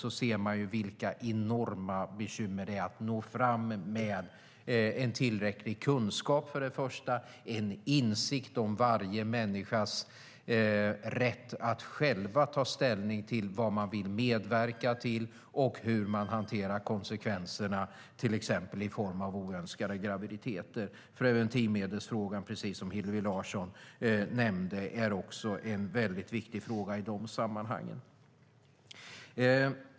Där kan man se vilka enorma bekymmer det är att nå fram med en tillräcklig kunskap, en insikt om varje människas rätt att själv ta ställning till vad man vill medverka till och hur man hanterar konsekvenserna, till exempel i form av oönskade graviditeter. Preventivmedelsfrågan är, precis som Hillevi Larsson nämnde, en väldigt viktig fråga i de sammanhangen.